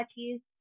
touchies